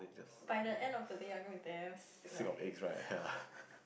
by the end of the day you are gonna be damn sick of eggs